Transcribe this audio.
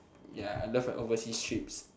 ya I love my overseas trips